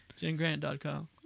JenGrant.com